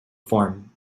form